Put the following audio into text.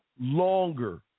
longer